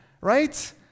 right